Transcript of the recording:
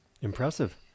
Impressive